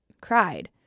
cried